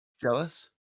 Jealous